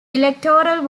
electoral